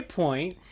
point